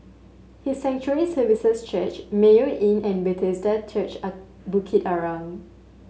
His Sanctuary Services Church Mayo Inn and Bethesda Church Bukit Arang